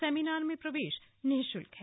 seminar में प्रवेश निशुल्क है